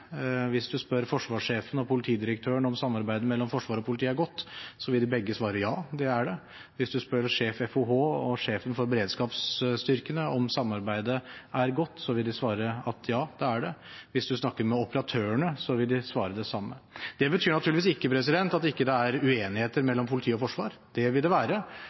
Hvis en spør forsvarssjefen og politidirektøren om samarbeidet mellom Forsvaret og politiet er godt, vil begge svare ja, det er det. Hvis en spør sjefen for FOH og sjefen for beredskapsstyrkene om samarbeidet er godt, vil de svare ja, det er det. Hvis en snakker med operatørene, vil de svare det samme. Det betyr naturligvis ikke at det ikke er uenigheter mellom politi og forsvar – det vil det være,